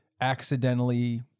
accidentally